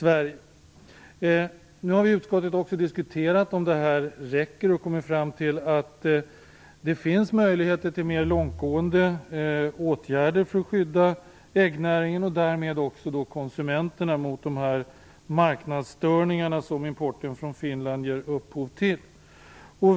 Vi har i utskottet diskuterat om detta räcker och kommit fram till att det finns möjligheter till mer långtgående åtgärder för att skydda äggnäringen och därmed också konsumenterna mot de marknadsstörningar som importen från Finland ger upphov till.